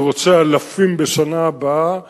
אני רוצה אלפים בשנה הבאה,